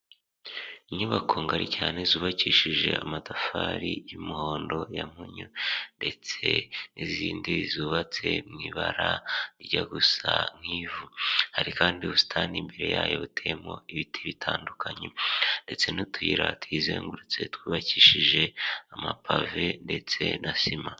Inyubako ngari cyane zubakishije amatafari y'umuhondo ya munyo, ndetse n'izindi zubatse mu ibara rijya gusa nk'ivu, hari kandi ubusitani imbere yayo buteyemo ibiti bitandukanye ndetse n'utuyira twiyizengurutse twubakishije amapave ndetse na sima.